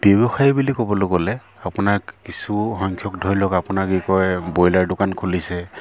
ব্যৱসায়ী বুলি ক'বলৈ গ'লে আপোনাৰ কিছু সংখ্যক ধৰি লওক আপোনাক কি কয় ব্ৰইলাৰ দোকান খুলিছে